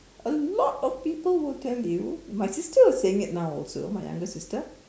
a lot of people will tell you my sister was saying it now also my younger sister